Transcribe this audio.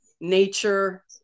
nature